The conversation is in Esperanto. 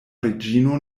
reĝino